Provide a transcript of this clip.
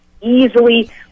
easily